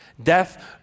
Death